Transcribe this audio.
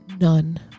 none